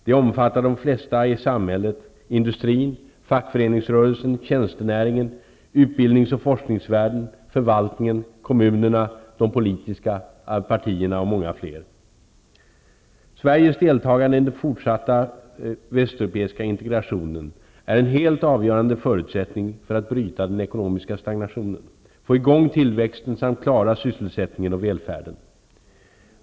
Det omfattar de flesta i samhället -- industrin, fackföreningsrörelsen, tjänstenäringen, utbildnings och forskningsvärlden, förvaltningen, kommunerna, de politiska partierna och många fler. Sveriges deltagande i den fortsatta västeuropeiska integrationen är en helt avgörande förutsättning för att bryta den ekonomiska stagnationen, få i gång tillväxten samt klara sysselsättningen och välfärden.